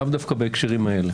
לאו דווקא בהקשרים האלה,